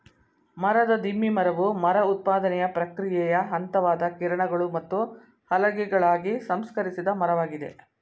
ಮರದ ದಿಮ್ಮಿ ಮರವು ಮರ ಉತ್ಪಾದನೆಯ ಪ್ರಕ್ರಿಯೆಯ ಹಂತವಾದ ಕಿರಣಗಳು ಮತ್ತು ಹಲಗೆಗಳಾಗಿ ಸಂಸ್ಕರಿಸಿದ ಮರವಾಗಿದೆ